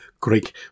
Greek